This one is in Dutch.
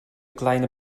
kleine